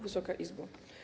Wysoka Izbo!